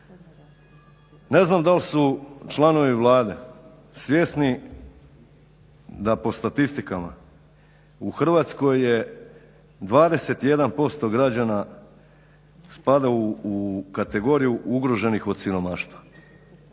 Ne znam da li su članovi Vlade svjesni da po statistikama u Hrvatskoj je 21% građana spada u kategoriju ugroženih od siromaštva.